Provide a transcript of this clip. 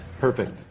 Perfect